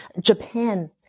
Japan